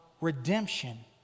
redemption